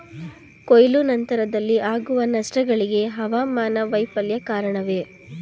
ಕೊಯ್ಲು ನಂತರದಲ್ಲಿ ಆಗುವ ನಷ್ಟಗಳಿಗೆ ಹವಾಮಾನ ವೈಫಲ್ಯ ಕಾರಣವೇ?